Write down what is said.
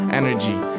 energy